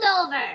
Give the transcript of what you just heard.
over